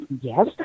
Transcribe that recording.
Yes